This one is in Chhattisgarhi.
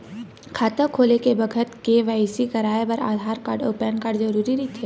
खाता खोले के बखत के.वाइ.सी कराये बर आधार कार्ड अउ पैन कार्ड जरुरी रहिथे